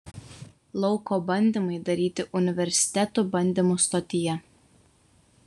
lauko bandymai daryti universiteto bandymų stotyje